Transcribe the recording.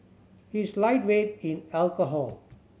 he is a lightweight in alcohol